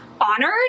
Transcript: honored